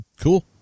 Cool